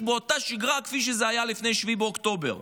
באותה שגרה כפי שזה היה לפני 7 באוקטובר.